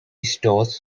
stores